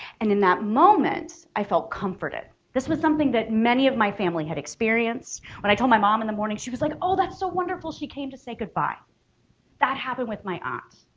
and in that moment i felt comforted this was something that many of my family had experienced when i told my mom in the morning she was like oh that's so wonderful she came to say goodbye that happened with my aunts